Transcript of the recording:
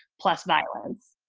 plus, violence